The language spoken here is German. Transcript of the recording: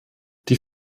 die